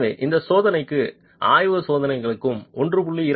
எனவே இந்த சோதனைக்கு ஆய்வக சோதனைகளுக்கு 1